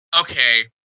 okay